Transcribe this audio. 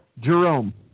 Jerome